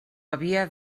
havia